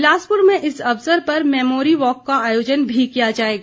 बिलासपुर में इस अवसर पर मैमोरी वॉक का आयोजन किया जाएगा